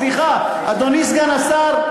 סליחה, אדוני סגן השר.